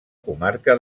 comarca